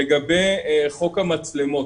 לגבי חוק המצלמות.